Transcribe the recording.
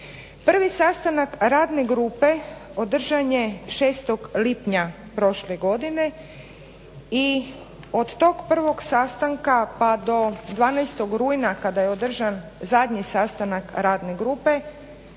Prvi sastanak radne grupe održan je 6. lipnja prošle godine i od tog prvog sastanka pa do 12. rujna kada je održan zadnji sastanak radne grupe,